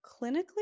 clinically